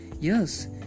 Yes